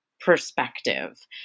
perspective